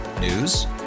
News